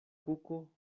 kuko